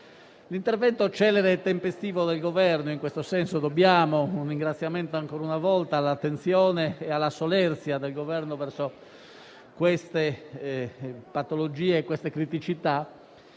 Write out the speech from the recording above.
L'intervento celere e tempestivo del Governo - in questo senso, dobbiamo un ringraziamento, ancora una volta, all'attenzione e alla solerzia dell'Esecutivo verso queste patologie e criticità